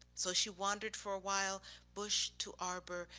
so she wandered for awhile, bush to arbor,